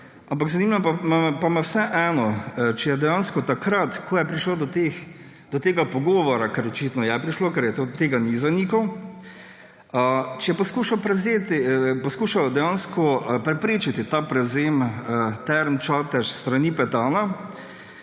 zanima me pa vseeno, če je dejansko takrat, ko je prišlo do tega pogovora – ker očitno je prišlo, ker tega ni zanikal –, če je poskušal preprečiti ta prevzem Term Čatež s strani Petana.